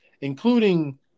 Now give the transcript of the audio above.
including